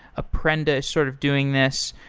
apprenda is sort of doing this.